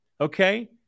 okay